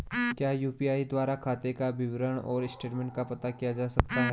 क्या यु.पी.आई द्वारा खाते का विवरण और स्टेटमेंट का पता किया जा सकता है?